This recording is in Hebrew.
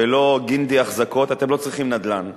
ולא "גינדי החזקות", אתם לא צריכים נדל"ן.